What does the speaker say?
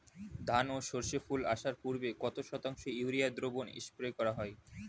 ধান ও সর্ষে ফুল আসার পূর্বে কত শতাংশ ইউরিয়া দ্রবণ স্প্রে করা হয়?